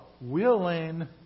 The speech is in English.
willing